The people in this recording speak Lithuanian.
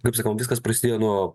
kaip sakau viskas prasidėjo nuo